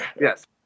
Yes